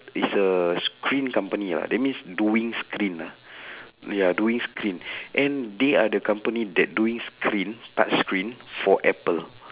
it's a screen company ah that means doing screen ah ya doing screen and they are the company that doing screen touchscreen for apple